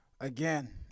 Again